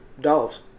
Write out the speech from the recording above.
dolls